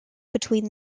between